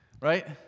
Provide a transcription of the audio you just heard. Right